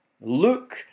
Look